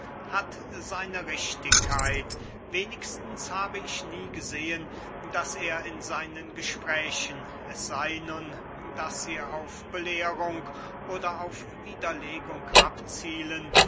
hat seine richtigkeit wenigstens habe ich nie gesehen daß er in seinen gesprächen es sey nun daß sie auf belehrung oder auf widerlegung abzielen